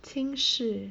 轻视